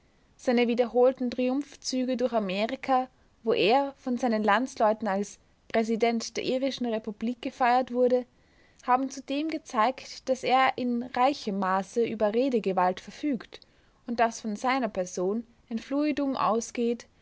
seine wiederholten triumphzüge durch amerika wo er von seinen landsleuten als präsident der irischen republik gefeiert wurde haben zudem gezeigt daß er in reichem maße über redegewalt verfügt und daß von seiner person ein fluidum ausgeht